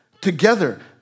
together